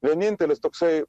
vienintelis toksai